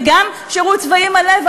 וגם שירות צבאי מלא,